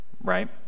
Right